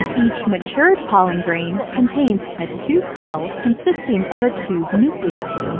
each matured pollen grain contains a tube cell consisting of a tube nucleus